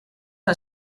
que